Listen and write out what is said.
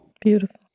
Beautiful